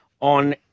on